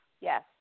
yes